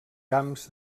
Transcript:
camps